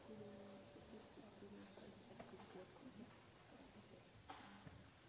så får vi